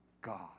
God